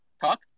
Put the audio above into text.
talk